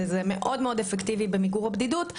וזה מאוד אפקטיבי במיגור הבדידות.